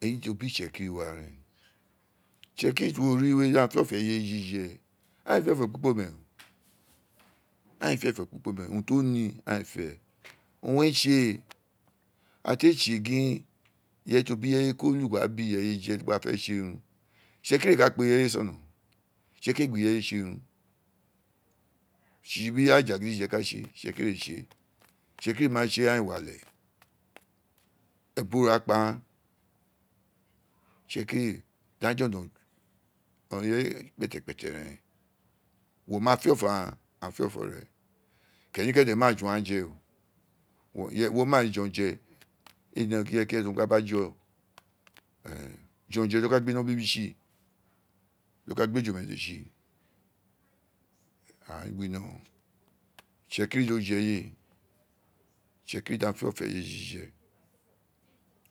Eyi urun tí o gbi itsekírí wa réèn itsekírí tí uwo tí wéè dí agháàn fí ọfo̱ ẹye jijẹ agháàn éè fí ọ̀fọ̀ ekpr kpome aghsan éè fí ọ̀fò ekpr kpome urun tí níì ágháàn éè fé owun re tse ira tí éè tsè gin ireye tí o bí ireye ko lu gba bí ireye jẹ̀ gba fé tse urun tsi tsi ira àjà gidije ka tse hsekírí éè tse hsekírí ma tse agháàn éè wí ale ẹbura o wa kpa agháàn itsẹkírí di agháàn jọyọ tsi ọrọ́rọ̀n ireye kpẹ́tẹ́kpẹ́tẹ́ rẹ́n wo ma fí ọ́fọ́ agháàn agháà fi ọfọ re kení kéde ma ju agháàn jẹ ó wo ma ín ji ọn jẹ éè nẹ gín irẹye ki irẹye tí uwo ba jọ jiọnye di o ka bí ino bibi tsi di oka bí ino bíbǐ tsi itse kírí dọ jí eye éè itsekírí dí agháà fi ọ́fọ́ eye jije